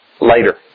later